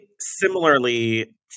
similarly